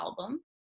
album